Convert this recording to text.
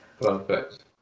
Perfect